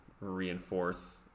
reinforce